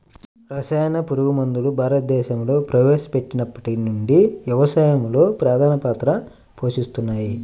రసాయన పురుగుమందులు భారతదేశంలో ప్రవేశపెట్టినప్పటి నుండి వ్యవసాయంలో ప్రధాన పాత్ర పోషిస్తున్నాయి